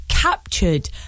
captured